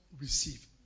receive